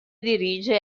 dirige